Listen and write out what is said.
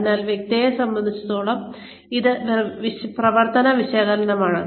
അതിനാൽ പ്രക്രിയകളെ സംബന്ധിച്ചിടത്തോളം ഇത് പ്രവർത്തന വിശകലനമാണ്